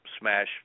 smash